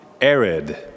arid